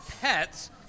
pets